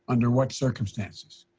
under what circumstances,